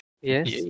yes